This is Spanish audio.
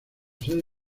sede